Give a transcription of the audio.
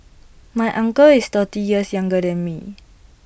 my uncle is thirty years younger than me